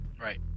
Right